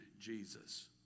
Jesus